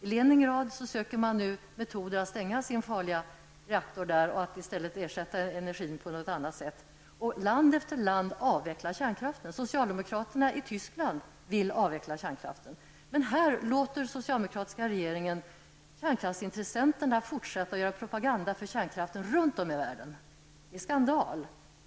I Leningrad söker man nu efter metoder att stänga sin farliga reaktor och ersätta energin på något annat sätt. Land efter land avvecklar kärnkraften. Socialdemokraterna i Tyskland vill avveckla kärnkraften. Men här i Sverige låter den socialdemokratiska regeringen kärnkraftsintressenterna fortsätta att göra propaganda för kärnkraften runt om i världen. Det är skandal.